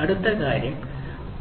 അടുത്ത കാര്യം